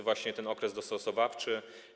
Właśnie jest okres dostosowawczy.